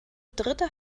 dritte